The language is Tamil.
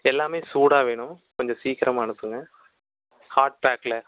எல்லாமே சூடாக வேணும் கொஞ்சம் சீக்கிரமாக அனுப்புங்க ஹாட் பேக்கில்